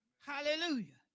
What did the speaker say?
Hallelujah